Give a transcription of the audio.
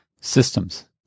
systems